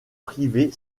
privée